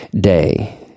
day